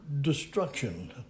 destruction